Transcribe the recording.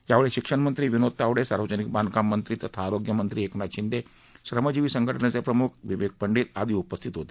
यावेळी शिक्षण मंत्री विनोद तावडे सार्वजनिक बांधकाम मंत्री तथा आरोग्यमंत्री एकनाथ शिंदे श्रमजीवी संघटनेचे प्रमुख विवेक पंडित आदी उपस्थित होते